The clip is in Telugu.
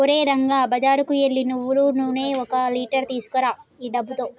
ఓరే రంగా బజారుకు ఎల్లి నువ్వులు నూనె ఒక లీటర్ తీసుకురా ఈ డబ్బుతో